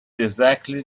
exactly